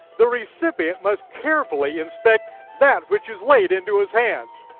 the recipient must carefully inspect that which is laid into his hands.